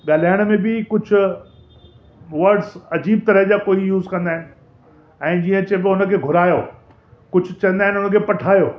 ॻाल्हाइण में बि कुझु वर्ड्स अजीब तरह जा कोई यूज़ कंदा आहिनि ऐं जीअं चइबो हुनखे घुरायो कुझु चवंदा आहिनि हुनखे पठायो